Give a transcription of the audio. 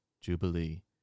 jubilee